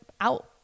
out